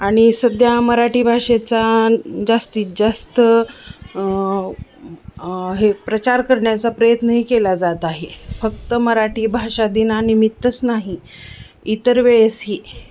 आणि सध्या मराठी भाषेचा जास्तीत जास्त हे प्रचार करण्याचा प्रयत्नही केला जात आहे फक्त मराठी भाषा दिनानिमित्तच नाही इतर वेळेसही